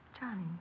Johnny